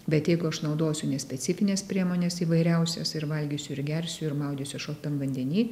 bet jeigu aš naudosiu nespecifines priemones įvairiausias ir valgysiu ir gersiu ir maudysiuos šaltam vandeny